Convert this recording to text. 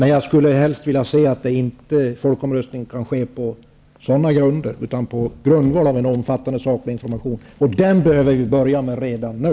Jag skulle ändå helst vilja se att folkomröstningen inte genomförs på sådana grunder, utan på grundval av en omfattande och saklig information, och den behöver vi börja med redan nu.